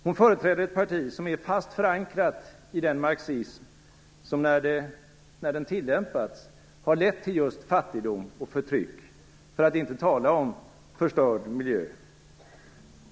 Hon företräder ett parti som är fast förankrat i den marxism som, när den tillämpats, har lett till just fattigdom och förtryck - för att inte tala om förstörd miljö!